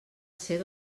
ser